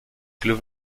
club